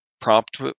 prompt